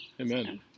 Amen